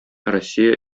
россия